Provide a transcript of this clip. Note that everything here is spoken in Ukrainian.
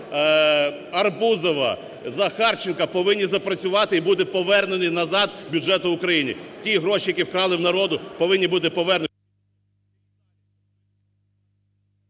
Арбузова, Захарченка повинні запрацювати і бути повернуті назад бюджету України. Ті гроші, які вкрали в народу, повинні бути повернуті...